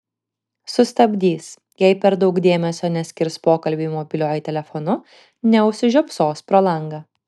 sustabdys jei per daug dėmesio neskirs pokalbiui mobiliuoju telefonu neužsižiopsos pro langą